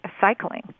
cycling